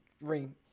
ring